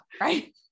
right